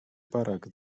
barak